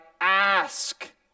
ask